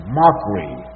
mockery